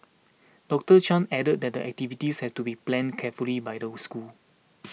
Doctor Chan added that the activities have to be planned carefully by the schools